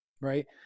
right